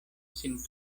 sin